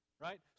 right